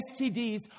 STDs